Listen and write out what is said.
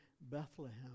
Bethlehem